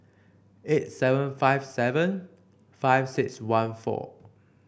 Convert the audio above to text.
eight seven five seven five six one four